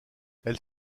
elle